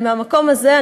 מהמקום הזה,